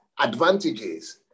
advantages